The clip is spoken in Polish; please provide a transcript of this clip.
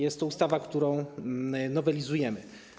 Jest to ustawa, którą nowelizujemy.